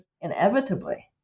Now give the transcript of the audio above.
inevitably